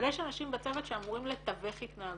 אבל יש אנשים בצוות שאמורים לתווך התנהגות